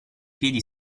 piedi